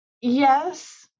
Yes